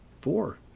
Four